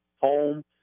home